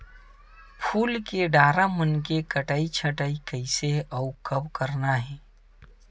फूल के डारा मन के कटई छटई कइसे अउ कब करना हे?